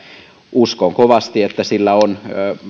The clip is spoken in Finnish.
uskon kovasti että sillä on